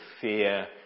fear